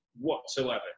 whatsoever